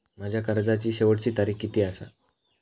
माझ्या कर्जाची शेवटची तारीख किती आसा?